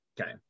Okay